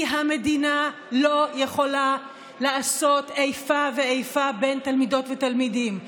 כי המדינה לא יכולה לעשות איפה ואיפה בין תלמידות ותלמידים,